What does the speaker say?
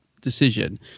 decision